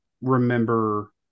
remember